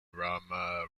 rama